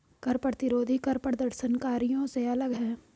कर प्रतिरोधी कर प्रदर्शनकारियों से अलग हैं